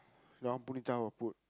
that one Punitha will put